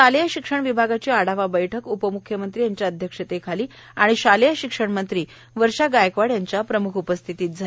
शालेय शिक्षण विभागाची आढावा बैठक उपम्ख्यमंत्री यांच्या अध्यक्षतेखाली आणि शालेय शिक्षणमंत्री वर्षा गायकवाड यांच्या प्रम्ख उपस्थितीत झाली